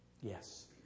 yes